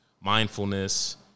Mindfulness